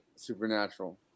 supernatural